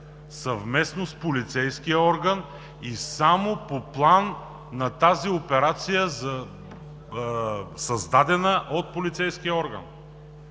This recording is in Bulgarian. съвместно с полицейския орган и само по план на тази операция, създадена от полицейския орган.